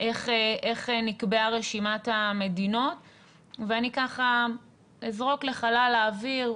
איך נקבעה רשימת המדינות ואני ככה אזרוק לחלל האוויר,